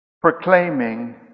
proclaiming